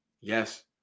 Yes